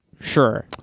Sure